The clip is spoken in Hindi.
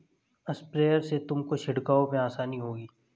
स्प्रेयर से तुमको छिड़काव में आसानी रहेगी